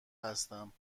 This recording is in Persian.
هستم